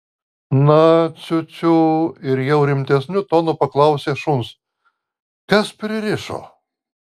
na ciu ciu ir jau rimtesniu tonu paklausė šuns kas pririšo